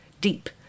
deep